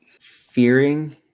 fearing